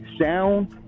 sound